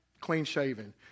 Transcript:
clean-shaven